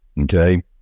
okay